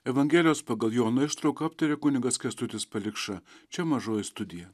evangelijos pagal joną ištrauką aptaria kunigas kęstutis palikša čia mažoji studija